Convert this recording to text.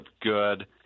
good